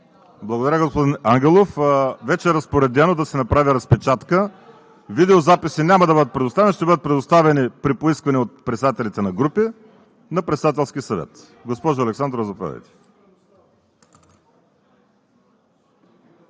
Благодаря Ви, господин Ангелов. Вече е разпоредено да се направи разпечатка. Видеозаписи няма да бъдат предоставени, а ще бъдат предоставени при поискване от председателите на групите на Председателски съвет. Госпожо Александрова, заповядайте.